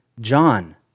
John